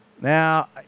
Now